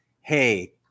hey